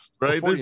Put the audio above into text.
right